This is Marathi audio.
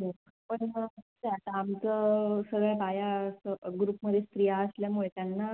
हो पण कसं आहे आता आमचं सगळ्या बाया असं ग्रुपमध्ये स्त्रिया असल्यामुळे त्यांना